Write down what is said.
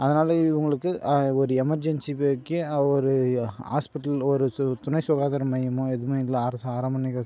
அதனால் இவங்களுக்கு ஒரு எமர்ஜன்ஸி ஒரு ஹாஸ்பிடல் ஒரு சு துணை சுகாதார மையமும் எதுவுமே இல்லை அரசு ஆரம்ப நிகழ்